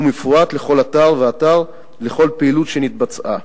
והוא מפרט כל אתר ואתר וכל פעילות שנתבצעה.